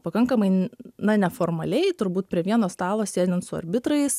pakankamai na neformaliai turbūt prie vieno stalo sėdint su arbitrais